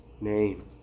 name